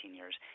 years